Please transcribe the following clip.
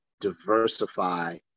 diversify